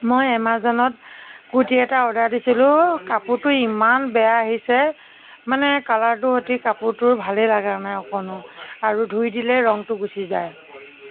মই এমাজনত কুৰ্টি এটা অৰ্ডাৰ দিছিলোঁ কাপোৰটো ইমান বেয়া আহিছে মানে কালাৰটো সৈতে কাপোৰটো ভালেই লগা নাই অকণো আৰু ধুই দিলে ৰঙটো গুচি যায়